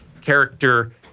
character